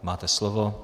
Máte slovo.